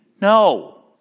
No